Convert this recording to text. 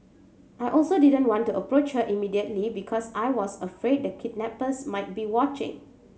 I also didn't want to approach her immediately because I was afraid the kidnappers might be watching